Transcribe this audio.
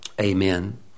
Amen